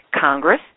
Congress